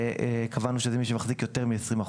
קבענו שזה מי שמחזיק ביותר מ-20%.